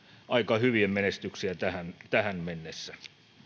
aika hyviä menestyksiä tähän tähän mennessä